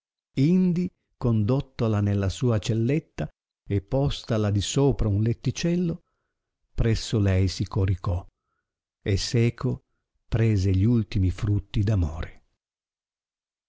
indi condottala nella sua celletta e postala disopra un letticello presso lei si coricò e seco prese gli ultimi frutti